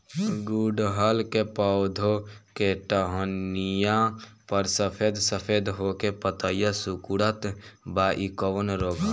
गुड़हल के पधौ के टहनियाँ पर सफेद सफेद हो के पतईया सुकुड़त बा इ कवन रोग ह?